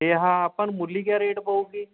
ਤੇ ਆਹ ਆਪਾਂ ਨੂੰ ਮੂਲੀ ਕਿਆ ਰੇਟ ਪਊਗੀ